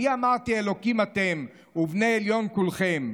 אני אמרתי אלהים אתם ובני עליון כלכם.